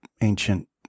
ancient